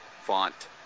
font